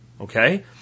Okay